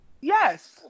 Yes